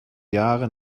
jahre